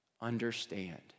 understand